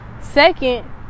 Second